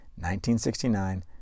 1969